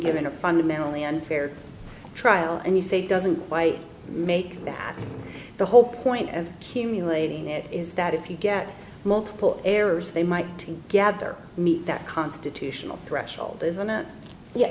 given a fundamentally unfair trial and you say doesn't buy make that the whole point of cumulating is that if you get multiple errors they might gather meet that constitutional threshold isn't